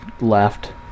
left